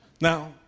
Now